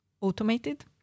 automated